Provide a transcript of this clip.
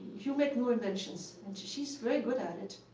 you make new inventions. and she's very good at it,